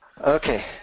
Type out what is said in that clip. Okay